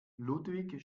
ludwig